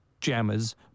jammers